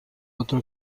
otro